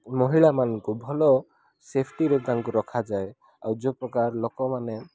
ମହିଳାମାନଙ୍କୁ ଭଲ ସେଫ୍ଟିରେ ତାଙ୍କୁ ରଖାଯାଏ ଆଉ ଯେଉଁ ପ୍ରକାର ଲୋକମାନେ